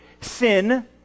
sin